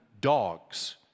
dogs